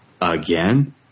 again